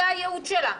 זה הייעוד שלה,